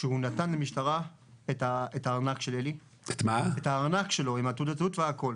שהוא נתן למשטרה את הארנק של אלי עם תעודת זהות והכל.